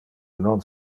non